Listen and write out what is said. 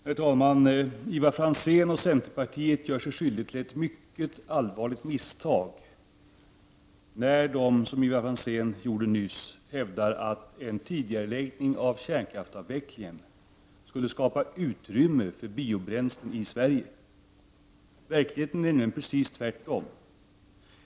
Herr talman! Ivar Franzén och centerpartiet gör sig skyldiga till ett mycket allvarligt misstag när de, som Ivar Franzén gjorde nyss, hävdar att en tidigareläggning av kärnkraftsavvecklingen skulle skapa utrymme för biobränsle i Sverige. Verkligheten är nämligen precis den motsatta.